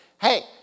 hey